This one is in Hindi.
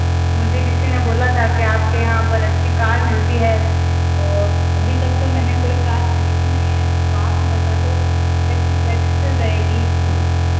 मुझे किसी ने बोला था के आप के यहाँ पर अच्छी कार मिलती है और अभी तक तो मैंने कोई कार ख़रीदी नहीं हैं तो आप ही बता दो कैसी बैटर रहेगी